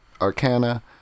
arcana